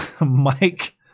Mike